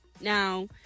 Now